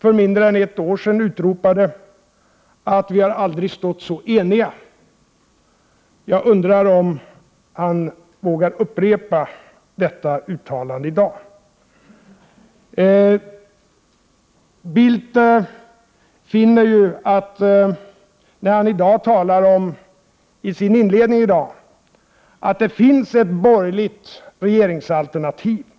För mindre än ett år sedan utropade Carl Bildt: ”Vi har aldrig stått så eniga!” Jag undrar om han vågar upprepa detta utrop i dag. Carl Bildt sade i inledningen av sitt anförande i dag att det finns ett borgerligt regeringsalternativ.